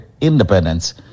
independence